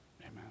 Amen